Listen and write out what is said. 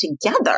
together